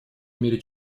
мере